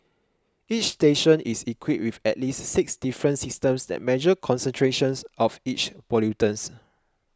each station is equipped with at least six different systems that measure concentrations of each pollutant